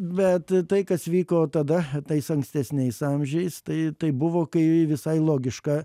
bet tai kas vyko tada tais ankstesniais amžiais tai tai buvo kai visai logiška